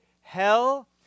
hell